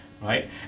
right